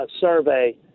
survey